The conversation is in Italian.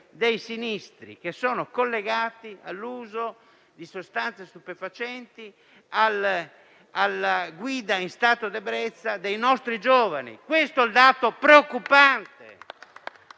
dei sinistri collegati all'uso di sostanze stupefacenti e alla guida in stato di ebbrezza dei nostri giovani. Questo è il dato preoccupante.